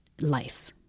life